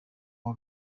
uwa